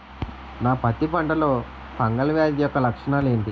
నా పత్తి పంటలో ఫంగల్ వ్యాధి యెక్క లక్షణాలు ఏంటి?